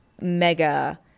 mega